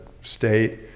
state